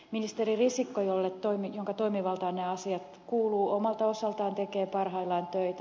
ministeri risikko jonka toimivaltaan nämä asiat kuuluvat omalta osaltaan tekee parhaillaan töitä